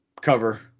cover